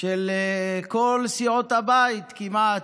של כל סיעות הבית כמעט.